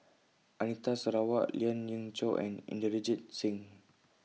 Anita Sarawak Lien Ying Chow and Inderjit Singh